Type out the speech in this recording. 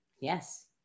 Yes